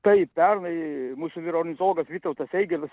taip pernai mūsų ornitologas vytautas eigirdas